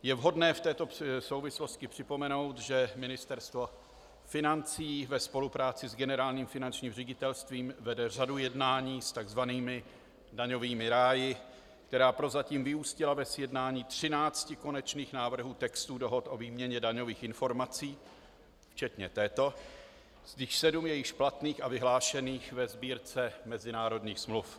Je vhodné v této souvislosti připomenout, že Ministerstvo financí ve spolupráci s Generálním finančním ředitelstvím vede řadu jednání s tzv. daňovými ráji, která prozatím vyústila ve sjednání třinácti konečných návrhů textů dohod o výměně daňových informací včetně této, z nichž sedm je již platných a vyhlášených ve Sbírce mezinárodních smluv.